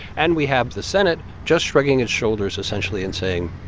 and we have the senate just shrugging its shoulders, essentially, and saying,